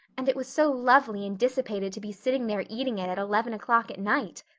and it was so lovely and dissipated to be sitting there eating it at eleven o'clock at night.